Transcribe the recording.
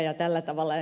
ja tällä tavalla ed